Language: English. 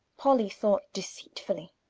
polly thought deceitfully.